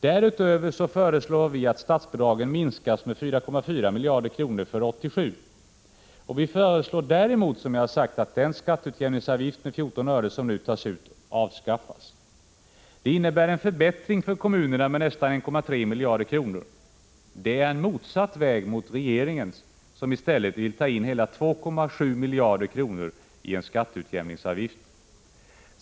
Därutöver föreslår vi att statsbidragen minskas med 4,4 miljarder kronor för 1987. Däremot föreslår vi, som jag har sagt, att den skatteutjämningsavgift med 14 öre som nu tas ut avskaffas. Det innebär en förbättring för kommunerna med nästan 1,3 miljarder kronor. Det är att gå motsatt väg mot regeringen, som i stället vill ta in hela 2,7 miljarder kronor i skatteutjämningsavgift.